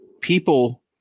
people